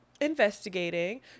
investigating